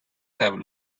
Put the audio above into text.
have